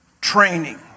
training